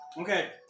Okay